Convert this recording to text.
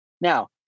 Now